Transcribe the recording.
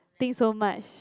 think so much